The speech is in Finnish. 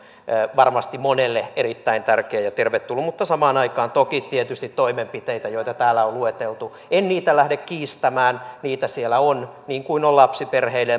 varmasti monelle erittäin tärkeä ja tervetullut mutta samaan aikaan toki tietysti toimenpiteitä joita täällä on lueteltu en niitä lähde kiistämään niitä siellä on niin kuin on lapsiperheille